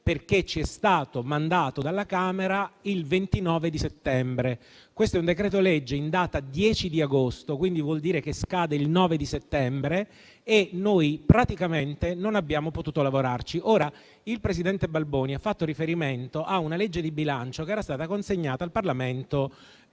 perché ci è stato trasmesso dalla Camera il 29 settembre. Questo è un decreto-legge in data 10 agosto e quindi vuol dire che scade il 9 ottobre; noi praticamente non abbiamo potuto lavorarci. Ora, il presidente Balboni ha fatto riferimento a un disegno di legge di bilancio che era stato consegnato al Parlamento